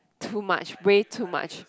too much way too much